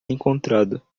encontrado